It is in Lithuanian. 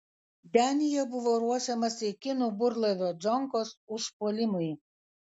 denyje buvo ruošiamasi kinų burlaivio džonkos užpuolimui